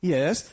Yes